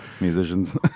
musicians